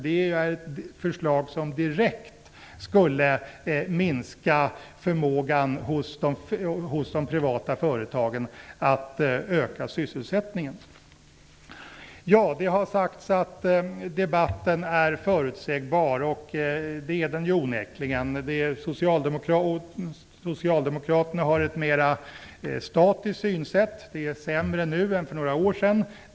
Det är ett förslag som direkt skulle minska förmågan hos de privata företagen att öka sysselsättningen. Det har sagts att debatten är förutsägbar. Det är den ju onekligen. Socialdemokraterna har ett mer statiskt synsätt: Det är sämre nu än för några år sedan.